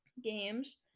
Games